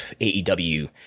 AEW